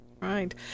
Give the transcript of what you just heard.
Right